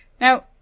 Now